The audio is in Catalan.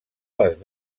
les